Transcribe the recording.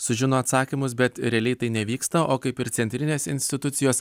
sužino atsakymus bet realiai tai nevyksta o kaip ir centrinės institucijos